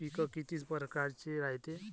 पिकं किती परकारचे रायते?